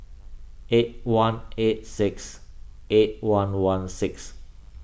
eight one eight six eight one one six